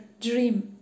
dream